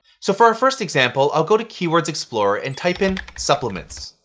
so for our first example, i'll go to keywords explorer and type in supplements.